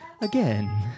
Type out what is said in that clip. again